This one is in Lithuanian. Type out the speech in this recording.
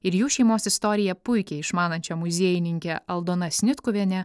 ir jų šeimos istoriją puikiai išmanančią muziejininke aldona snitkuvienė